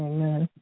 Amen